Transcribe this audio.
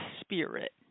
spirit